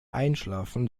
einschlafen